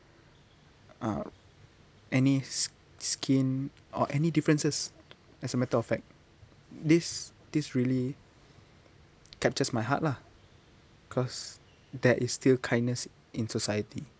uh any s~ skin or any differences as a matter of fact this this really captures my heart lah cause there is still kindness in society